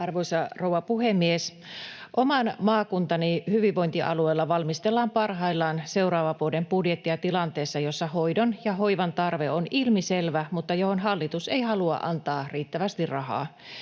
Arvoisa rouva puhemies! Oman maakuntani hyvinvointialueella valmistellaan parhaillaan seuraavan vuoden budjettia tilanteessa, jossa hoidon ja hoivan tarve on ilmiselvä mutta johon hallitus ei halua antaa riittävästi rahaa.